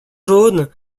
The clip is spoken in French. jaune